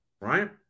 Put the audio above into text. right